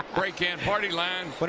break in. party line. but